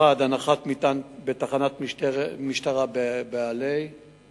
הנחת מטען בתחנת משטרה בעלי,